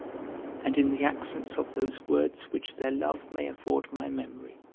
and in the accents of those words which their love may afford my memory